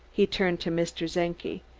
he turned to mr. czenki.